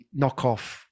knockoff